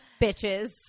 bitches